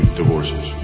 divorces